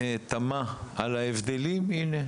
שתמה על ההבדלים הנה,